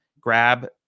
grab